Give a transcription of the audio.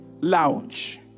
lounge